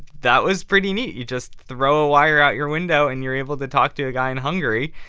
that was pretty neat. you just throw a wire out your window and you're able to talk to a guy in hungary.